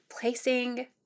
placing